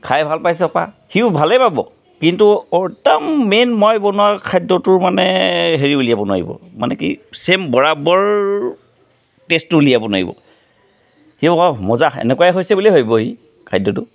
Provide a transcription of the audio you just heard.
খাই ভাল পাইছ পা সিও ভালেই পাব কিন্তু অ একদম মেইন মই বনোৱা খাদ্যটোৰ মানে হেৰি উলিয়াব নোৱাৰিব মানে কি চেম বৰাবৰ টেষ্টটো উলিয়াব নোৱাৰিব সিও অহ্ মজা এনেকুৱাই হৈছে বুলিয়ে ভাবিব সি খাদ্যটো